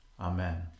Amen